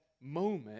moment